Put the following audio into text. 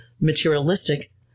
materialistic